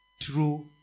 true